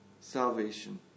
salvation